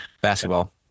basketball